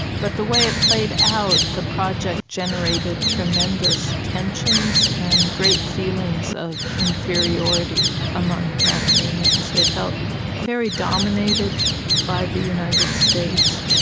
but the way it played out, the project generated tremendous tensions and great feelings of inferiority among panamanians. they felt very dominated by the united states,